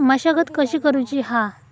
मशागत कशी करूची हा?